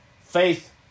Faith